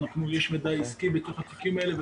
יש מידע עסקי בתוך התיקים האלה.